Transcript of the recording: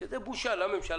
שזה בושה לממשלה,